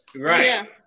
right